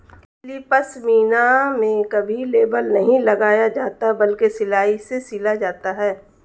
असली पश्मीना में कभी लेबल नहीं लगाया जाता बल्कि सिलाई से सिला जाता है